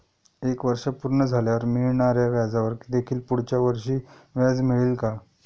एक वर्ष पूर्ण झाल्यावर मिळणाऱ्या व्याजावर देखील पुढच्या वर्षी व्याज मिळेल का?